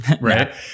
right